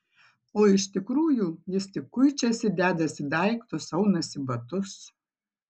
o iš tikrųjų jis tik kuičiasi dedasi daiktus aunasi batus